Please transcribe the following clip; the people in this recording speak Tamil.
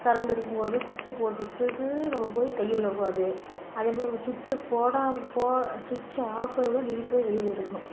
கரண்ட் இருக்கும் போது சுட்ச்சை போட்டுவிட்டுட்டு நம்ம போய் கையை உள்ளே விடக்கூடாது அதே மாதிரி நம்ம சுட்ச்சை போடாமல் போ சுட்ச்சை ஆப் பண்ணி விட்டு தான் ஹீட்டரே வெளியில் எடுக்கணும்